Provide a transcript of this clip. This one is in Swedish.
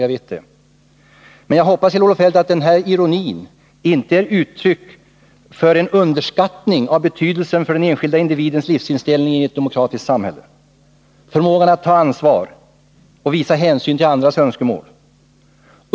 Jag hoppas, Kjell-Olof Feldt, att ironin inte är ett uttryck för en underskattning av betydelsen av den enskilda individens livsinställning i ett demokratiskt samhälle och förmåga att ta ansvar och visa hänsyn till andras önskemål.